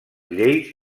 lleis